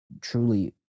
truly